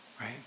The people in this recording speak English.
Right